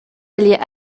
aller